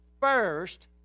first